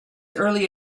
early